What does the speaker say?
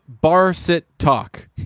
bar-sit-talk